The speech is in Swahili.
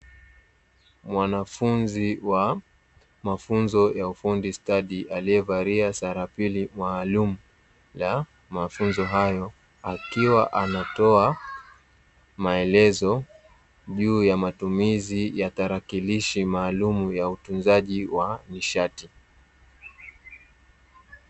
Mwanafunzi wa mafunzo ya ufundi stadi, aliyevalia sarapili maalumu la mafunzo hayo. Akiwa anatoa maelezo juu ya matumizi ya tarakilishi maalumu ya utunzaji wa nishati.